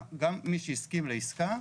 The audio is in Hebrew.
גם מי שמסכים לעסקה,